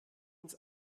ins